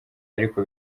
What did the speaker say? ariko